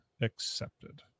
accepted